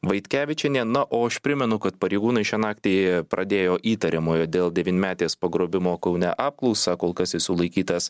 vaitkevičienė na o aš primenu kad pareigūnai šią naktį pradėjo įtariamojo dėl devynmetės pagrobimo kaune apklausą kol kas jis sulaikytas